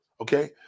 okay